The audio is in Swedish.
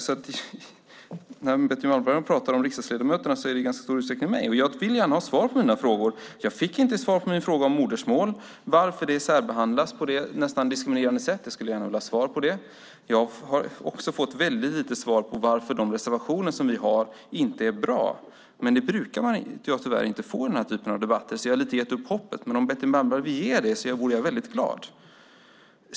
Så när Betty Malmberg pratar om riksdagsledamöterna är det i ganska stor utsträckning mig hon pratar om, och jag vill gärna ha svar på mina frågor. Jag fick inte svar på min fråga om modersmål och varför det särbehandlas på ett nästan diskriminerande sätt. Det skulle jag gärna vilja ha svar på. Jag har också fått väldigt lite svar på varför de reservationer som vi har inte är bra, men det brukar man tyvärr man inte få i den här typen av debatter, så jag har nästan gett upp hoppet. Om Betty Malmberg vill ge ett svar vore jag väldigt glad.